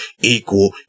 equal